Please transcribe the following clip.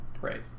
Right